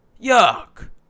Yuck